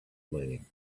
lame